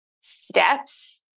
steps